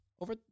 over